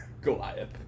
Goliath